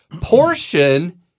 portion